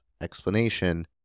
explanation